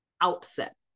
outset